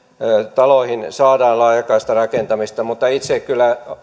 taloihin saadaan laajakaistarakentamista mutta itse kyllä